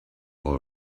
all